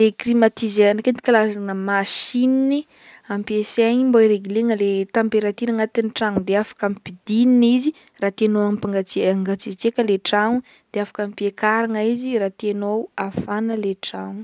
Ny climatiseur ndraiky edy karazagna machine i ampiasaigny mba hi-reglena le temperature agnatin'ny tragno de afaka ampidinina izy raha tianao ampangatsia- angatsiatsiaka le tragno de afaka ampiakarigna izy raha tianao hafana le trano.